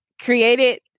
created